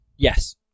Yes